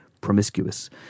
promiscuous